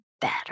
better